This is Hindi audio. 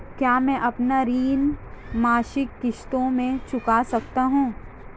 क्या मैं अपना ऋण मासिक किश्तों में चुका सकता हूँ?